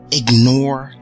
ignore